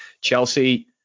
Chelsea